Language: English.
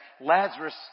Lazarus